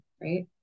Right